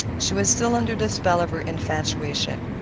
she was still under the spell of her infatuation.